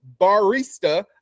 barista